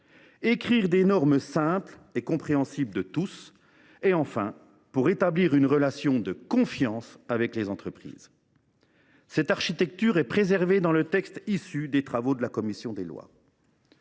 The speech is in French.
d’écrire des normes simples et compréhensibles par tous, d’établir une relation de confiance avec les entreprises. Cette architecture est préservée dans le texte issu des travaux de la commission des lois.